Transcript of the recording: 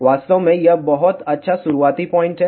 वास्तव में यह बहुत अच्छा शुरुआती पॉइंट है